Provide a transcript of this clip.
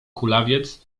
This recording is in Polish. kulawiec